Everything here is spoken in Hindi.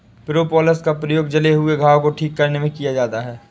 प्रोपोलिस का प्रयोग जले हुए घाव को ठीक करने में किया जाता है